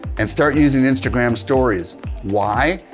and start using instagram stories why?